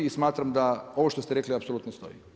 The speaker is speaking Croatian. I smatram da ovo što ste rekli apsolutno stoji.